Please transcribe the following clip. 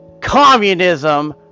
communism